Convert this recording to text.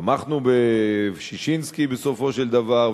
תמכנו בששינסקי בסופו של דבר,